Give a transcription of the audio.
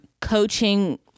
coaching